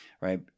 right